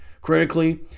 Critically